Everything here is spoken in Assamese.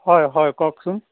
হয় হয় কওকচোন